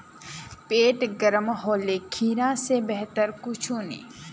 पेट गर्म होले खीरा स बेहतर कुछू नी